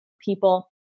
people